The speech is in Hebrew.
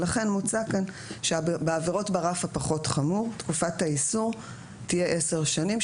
לכן מוצע כאן שבעבירות ברף הפחות חמור תקופת האיסור תהיה עשר שנים,